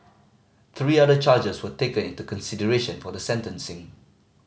three other charges were taken into consideration for the sentencing